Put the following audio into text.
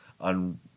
on